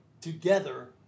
together